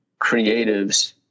creatives